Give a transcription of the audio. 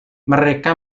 mereka